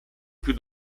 più